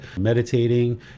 meditating